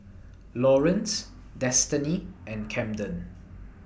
Lawerence Destiny and Camden